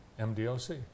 MDOC